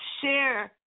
share